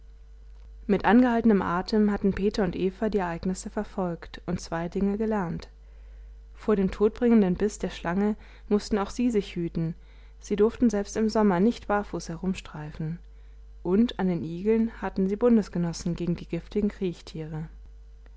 mit angehaltenem atem hatten peter und eva die ereignisse verfolgt und zwei dinge gelernt vor dem todbringenden biß der schlange mußten auch sie sich hüten sie durften selbst im sommer nicht barfuß herumstreifen und an den igeln hatten sie bundesgenossen gegen die giftigen kriechtiere